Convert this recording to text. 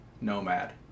nomad